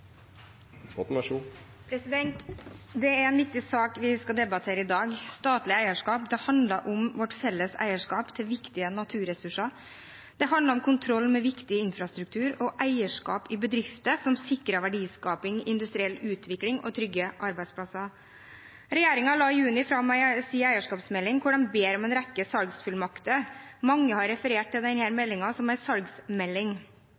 skal debattere i dag – statlig eierskap. Det handler om vårt felles eierskap til viktige naturressurser. Det handler om kontroll med viktig infrastruktur og eierskap i bedrifter som sikrer verdiskaping, industriell utvikling og trygge arbeidsplasser. Regjeringen la i juni fram sin eierskapsmelding hvor den ber om en rekke salgsfullmakter. Mange har referert til denne meldingen som en salgsmelding,